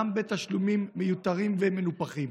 גם בתשלומים מיותרים ומנופחים.